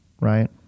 right